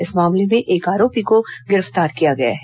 इस मामले में एक आरोपी को गिरफ्तार किया गया है